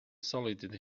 solitude